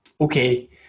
okay